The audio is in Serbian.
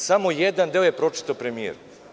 Samo jedan deo je pročitao premijer.